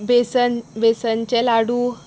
बेसन बेसनचे लाडू